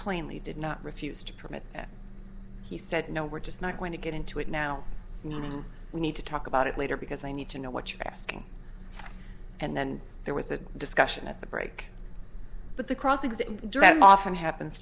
plainly did not refuse to permit he said no we're just not going to get into it now we need to talk about it later because i need to know what you're asking and then there was a discussion at the break but the cross examine dread it often happens